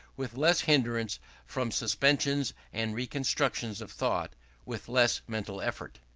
with less hindrance from suspensions and reconstructions of thought with less mental effort.